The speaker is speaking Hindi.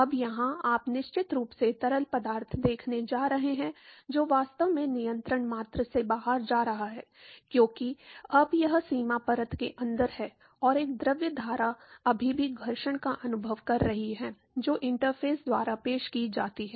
अब यहां आप निश्चित रूप से तरल पदार्थ देखने जा रहे हैं जो वास्तव में नियंत्रण मात्रा से बाहर जा रहा है क्योंकि अब यह सीमा परत के अंदर है और एक द्रव धारा अभी भी घर्षण का अनुभव कर रही है जो इंटरफ़ेस द्वारा पेश की जाती है